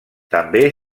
també